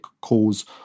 cause